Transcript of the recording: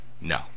No